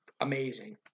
amazing